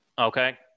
Okay